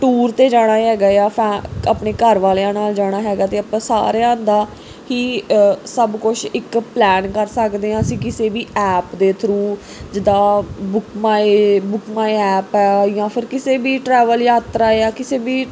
tour 'ਤੇ ਜਾਣਾ ਹੈਗਾ ਆ ਫੈ ਆਪਣੇ ਘਰ ਵਾਲਿਆਂ ਨਾਲ ਜਾਣਾ ਹੈਗਾ ਤਾਂ ਆਪਾਂ ਸਾਰਿਆਂ ਦਾ ਹੀ ਸਭ ਕੁਝ ਇੱਕ ਪਲੈਨ ਕਰ ਸਕਦੇ ਹਾਂ ਅਸੀਂ ਕਿਸੇ ਵੀ ਐਪ ਦੇ ਥਰੂ ਜਿੱਦਾਂ book my book my app ਆ ਜਾਂ ਫਿਰ ਕਿਸੇ ਵੀ ਟਰੈਵਲ ਯਾਤਰਾ ਜਾਂ ਕਿਸੇ ਵੀ